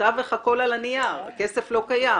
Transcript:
בתווך הכול על הנייר, הכסף לא קיים.